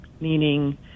Meaning